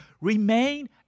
remain